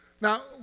Now